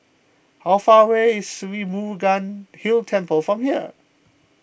how far away is Sri Murugan Hill Temple from here